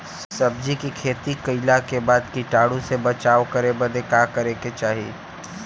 सब्जी के खेती कइला के बाद कीटाणु से बचाव करे बदे का करे के चाही?